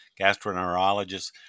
gastroenterologist